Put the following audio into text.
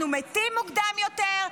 אנחנו מתים מוקדם יותר,